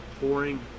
pouring